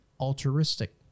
altruistic